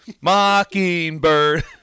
Mockingbird